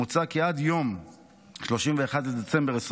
מוצע כי עד יום 31 בדצמבר 2024